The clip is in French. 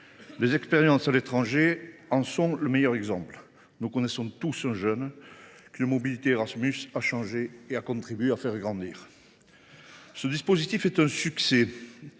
Les expériences à l’étranger en sont le meilleur exemple. Nous connaissons tous un jeune qu’une mobilité Erasmus a changé et a contribué à faire grandir. Ce programme est un succès.